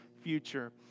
future